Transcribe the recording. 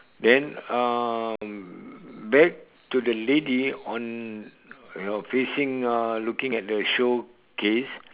then um back to the lady on you know facing uh looking at the showcase